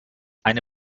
eine